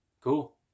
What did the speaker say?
cool